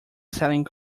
selling